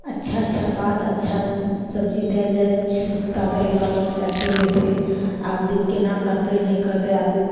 अच्छा अच्छा बात अच्छा सब चीज देल जाइ हइ सुबिधा रहै बाल बच्चाके जैसे आगू दिन केना करतै नहि करतै आगू